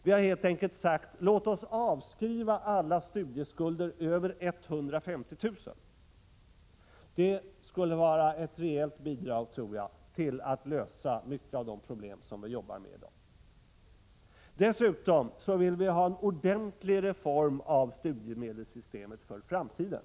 Vi har helt enkelt sagt: Låt oss avskriva alla studieskulder över 150 000 kr. Jag tror att det rejält skulle bidra till att lösa många av de problem som man jobbar med i dag. Det andra är att vi vill ha en ordentlig reform av studiemedelssystemet för framtiden.